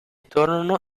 tornano